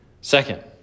Second